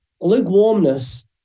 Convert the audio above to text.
lukewarmness